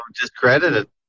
discredited